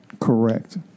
correct